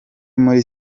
muri